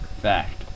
fact